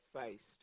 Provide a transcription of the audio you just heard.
faced